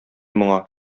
моңа